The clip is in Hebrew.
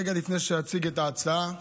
רגע לפני שאציג את ההצעה,